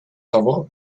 того